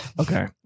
Okay